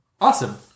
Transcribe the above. Awesome